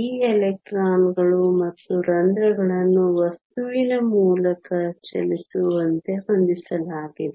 ಈ ಎಲೆಕ್ಟ್ರಾನ್ಗಳು ಮತ್ತು ರಂಧ್ರಗಳನ್ನು ವಸ್ತುವಿನ ಮೂಲಕ ಚಲಿಸುವಂತೆ ಹೊಂದಿಸಲಾಗಿದೆ